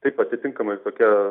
taip atitinkamai kokia